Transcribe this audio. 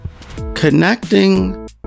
Connecting